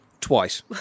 twice